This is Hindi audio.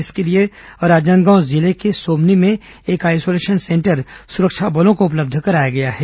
इसके लिए राजनांदगांव जिले के सोमनी में एक आईसोलेशन सेंटर सुरक्षा बलों को उपलब्ध कराया गया है